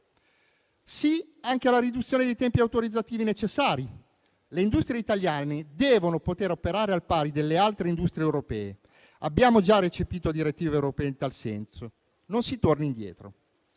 Sì anche alla riduzione dei tempi autorizzativi necessari. Le industrie italiane devono poter operare al pari delle altre industrie europee. Abbiamo già recepito direttive europee in tal senso, non si torni indietro.